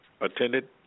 attended